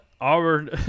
Auburn